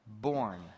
born